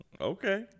Okay